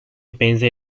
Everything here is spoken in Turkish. benzer